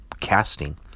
casting